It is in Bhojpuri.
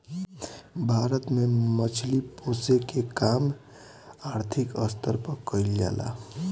भारत में मछली पोसेके के काम आर्थिक स्तर पर कईल जा ला